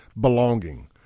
belonging